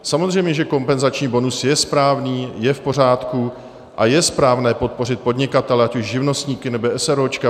Samozřejmě, že kompenzační bonus je správný, je v pořádku a je správné podpořit podnikatele, ať už živnostníky, nebo eseróčka.